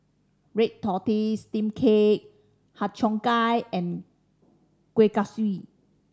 red tortoise steam cake Har Cheong Gai and Kueh Kaswi